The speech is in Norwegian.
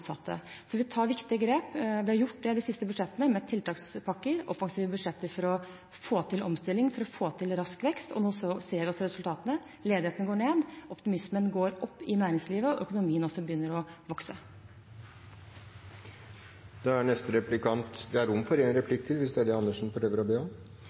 Så vi tar viktige grep, vi har gjort det i de siste budsjettene med tiltakspakker, offensive budsjetter for å få til omstilling, for å få til rask vekst, og nå ser vi resultatene. Ledigheten går ned, optimismen går opp i næringslivet, og økonomien begynner også å vokse. Det er rom for en replikk til, hvis det er det Andersen prøver å be om.